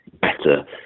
better